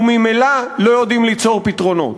וממילא לא יודעים ליצור פתרונות.